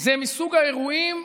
זה מסוג האירועים,